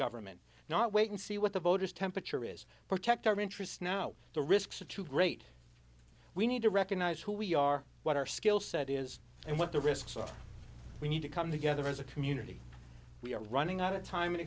government not wait and see what the voters temperature is protect our interests now the risks are too great we need to recognize who we are what our skill set is and what the risks are we need to come together as a community we are running out of time and